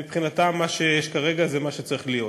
מבחינתם, מה שיש כרגע זה מה שצריך להיות.